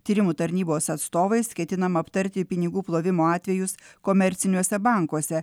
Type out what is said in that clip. tyrimų tarnybos atstovais ketinama aptarti pinigų plovimo atvejus komerciniuose bankuose